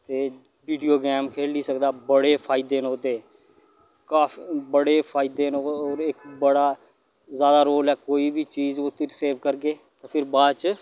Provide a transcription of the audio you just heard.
ते वीडिये गेम खेली सकदा बड़े फायदे न ओह्दे काफ बड़े फायदे न ओह्दे इक बड़ा ज्यादा रोल ऐ कोई बी चीज सेव करगे ते फिरी बाद च